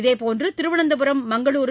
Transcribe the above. இதேபோன்று திருவனந்தபுரம் மங்களுரு